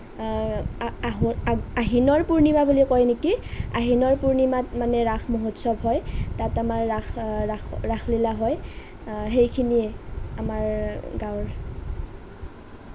আহিনৰ পূৰ্ণিমা বুলি কয় আহিনৰ পূৰ্ণিমাত মানে ৰাস মহোৎসৱ হয় তাত আমাৰ ৰাস ৰাসলীলা হয় সেইখিনিয়েই আমাৰ গাঁৱৰ